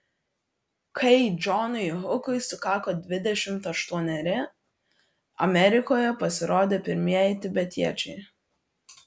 kai džonui hukui sukako dvidešimt aštuoneri amerikoje pasirodė pirmieji tibetiečiai